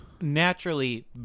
naturally